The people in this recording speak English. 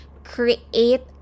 Create